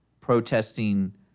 protesting